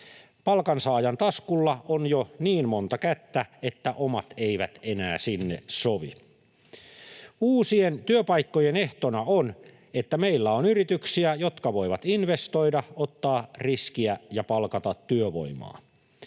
Palkansaajan taskulla on jo niin monta kättä, että omat eivät enää sinne sovi. Uusien työpaikkojen ehtona on, että meillä on yrityksiä, jotka voivat investoida, ottaa riskiä ja palkata työvoimaa.